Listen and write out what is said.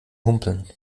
humpeln